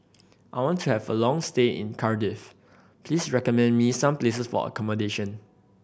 I want to have a long stay in Cardiff please recommend me some places for accommodation